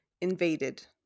invaded